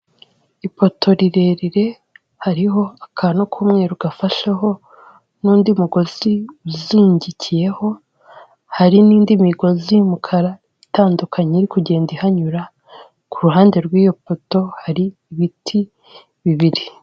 Ipoto rirerire hariho akantu k'umweru gafasheho n'undi mugozi uzingikiyeho hari n'indi migozi y'umukara itandukanye iri kugenda ihanyura, ku ruhande rw'iyo poto hari ibiti bibiri.